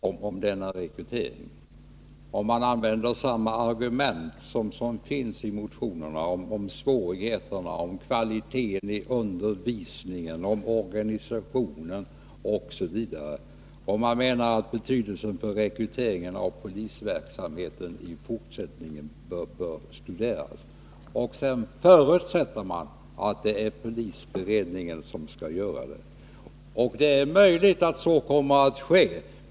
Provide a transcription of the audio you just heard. Herr talman! Låt mig börja med rekryteringen till polishögskolorna. Det är ju riktigt att majoriteten instämmer i motionsyrkandena om denna rekrytering. Man använder de argument som återfinns i motionerna om svårigheterna, om kvaliteten i undervisningen och om organisationen, osv. Man menar också att rekryteringen av poliser i fortsättningen bör studeras. Därvid förutsätts att det är polisberedningen som skall göra detta. Det är möjligt att så kommer att ske.